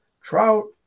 Trout